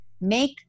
make